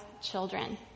children